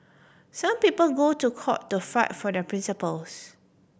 some people go to court to fight for their principles